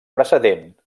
precedent